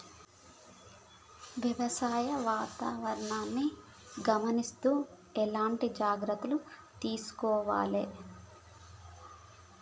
వ్యవసాయ వాతావరణాన్ని గమనిస్తూ ఎట్లాంటి జాగ్రత్తలు తీసుకోవాలే?